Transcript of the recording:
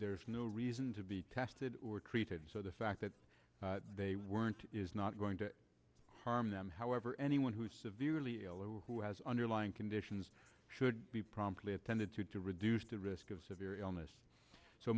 there is no reason to be tested or treated so the fact that they weren't is not going to harm them however anyone who is severely ill over who has underlying conditions should be promptly attended to to reduce the risk of severe illness so